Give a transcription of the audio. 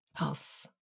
else